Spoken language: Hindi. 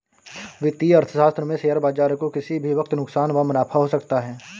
वित्तीय अर्थशास्त्र में शेयर बाजार को किसी भी वक्त नुकसान व मुनाफ़ा हो सकता है